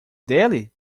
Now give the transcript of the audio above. dele